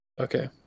Okay